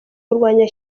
kurwanya